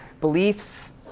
beliefs